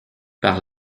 par